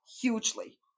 hugely